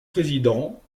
présidents